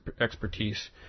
expertise